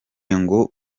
ngo